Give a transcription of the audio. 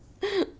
ha